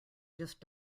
just